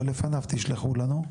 אבל לפניו תשלחו לנו,